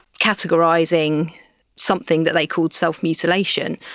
categorising something that they called self-mutilation.